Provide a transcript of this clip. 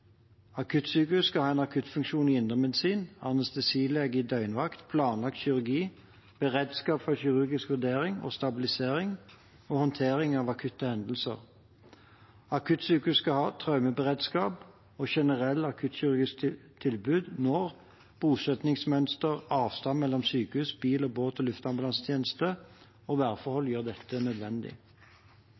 Akuttsykehus skal ha – og det er den neste betegnelsen – en akuttfunksjon i indremedisin, anestesilege i døgnvakt, planlagt kirurgi, beredskap for kirurgisk vurdering og stabilisering og håndtering av akutte hendelser. Akuttsykehus skal ha traumeberedskap og et generelt akuttkirurgisk tilbud når bosettingsmønster, avstand mellom sykehus, bil-, båt- og luftambulansetjeneste og værforhold gjør dette nødvendig.